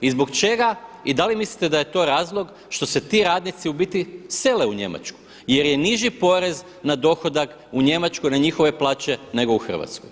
I zbog čega, i da li mislite da je to razlog što se ti radnici u biti sele u Njemačku jer je niži porez na dohodak u Njemačkoj na njihove plaće nego u Hrvatskoj.